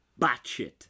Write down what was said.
batshit